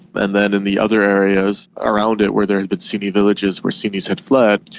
and then in the other areas around it where there had been sunni villages where sunnis had fled,